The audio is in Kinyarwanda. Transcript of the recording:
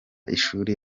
ishuri